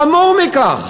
חמור מכך,